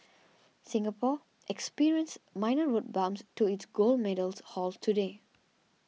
Singapore experienced minor road bumps to its gold medals haul today